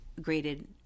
graded